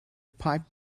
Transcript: pipe